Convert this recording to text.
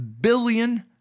billion